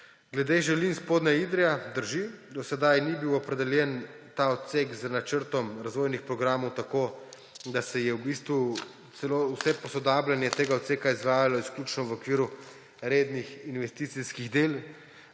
Glede Želin–Spodnja Idrija drži, do sedaj ni bil opredeljen ta odsek z načrtom razvojnih programov tako, da se je v bistvu celo vse posodabljanje tega odseka izvajalo izključno v okviru rednih investicijskih del